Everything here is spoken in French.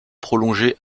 prolongé